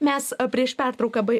mes prieš pertrauką bai